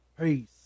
Peace